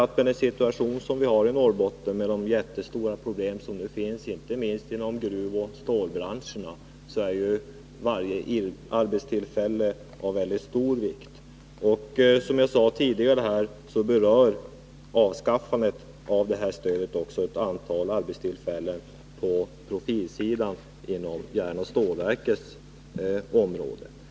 I den situation vi har i Norrbotten med jättestora problem inte minst inom gruvoch stålbranscherna är varje arbetstillfälle av oerhört stor vikt. Som jag sade tidigare drabbar avskaffandet av det här stödet också ett antal arbetstillfällen på profilsidan inom järnoch stålverksområdet.